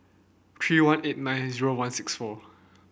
three one eight nine zero one six four